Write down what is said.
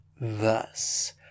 Thus